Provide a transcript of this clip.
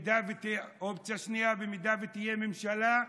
אופציה שנייה: אם תהיה ממשלה,